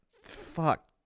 fuck